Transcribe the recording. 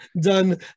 done